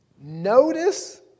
Notice